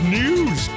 news